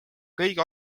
kõige